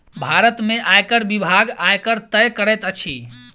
भारत में आयकर विभाग, आयकर तय करैत अछि